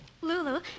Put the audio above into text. Lulu